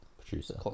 producer